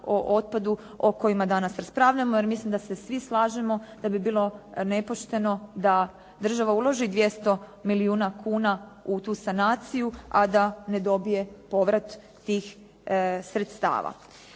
o otpadu o kojima danas raspravljamo, jer mislim da se svi slažemo da bi bilo nepošteno da država uloži 200 milijuna kuna u tu sanaciju, a da ne dobije povrat tih sredstava.